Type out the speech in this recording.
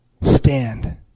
stand